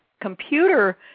computer